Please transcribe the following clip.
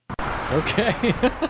Okay